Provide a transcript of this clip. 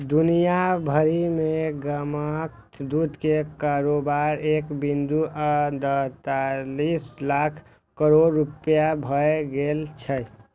दुनिया भरि मे गाछक दूध के कारोबार एक बिंदु अड़तालीस लाख करोड़ रुपैया भए गेल छै